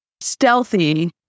stealthy